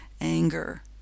anger